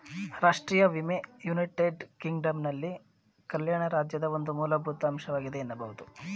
ರಾಷ್ಟ್ರೀಯ ವಿಮೆ ಯುನೈಟೆಡ್ ಕಿಂಗ್ಡಮ್ನಲ್ಲಿ ಕಲ್ಯಾಣ ರಾಜ್ಯದ ಒಂದು ಮೂಲಭೂತ ಅಂಶವಾಗಿದೆ ಎನ್ನಬಹುದು